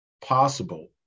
possible